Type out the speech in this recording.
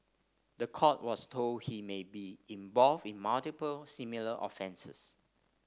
the court was told he may be involved in multiple similar offences